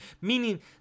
meaning